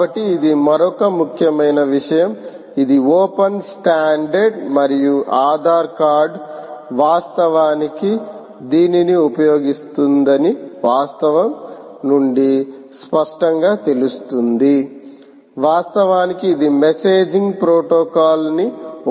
కాబట్టి ఇది మరొక ముఖ్యమైన విషయం ఇది ఓపెన్ స్టాండర్డ్ మరియు ఆధార్ కార్డు వాస్తవానికి దీనిని ఉపయోగిస్తుందని వాస్తవం నుండి స్పష్టంగా తెలుస్తుంది వాస్తవానికి ఇది మెసేజింగ్ ప్రోటోకాల్ ని ఉపయోగిస్తుంది